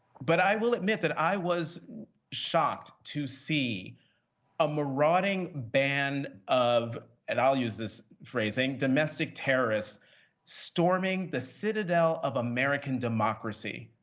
but i will admit that i was shocked to see a marauding band of and i will use this phrasing domestic terrorists storming the citadel of american democracy,